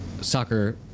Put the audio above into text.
soccer